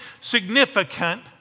significant